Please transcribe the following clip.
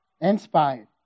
inspired